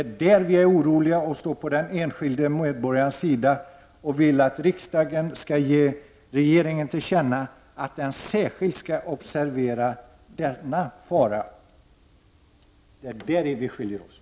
Där är vi oroliga och står på den enskildes sida och vill att riksdagen skall ge regeringen till känna att den särskilt skall observera denna fara. Där skiljer vi oss.